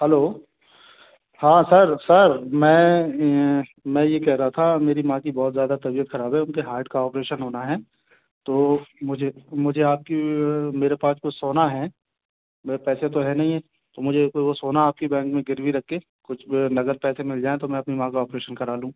hello हाँ sir sir मैं मैं ये कह रहा था मेरी माँ की बहुत ज़्यादा तबीयत ख़राब है उनके हार्ट का ऑपरेशन होना है तो मुझे मुझे आपकी मेरे पास कुछ सोना है मैं पैसे तो है नहीं है तो मुझे सोना आपके बैंक में गिरवी रख कर कुछ नग़द पैसे मिल जाए तो मैं अपनी माँ का ऑपरेशन करा लूँ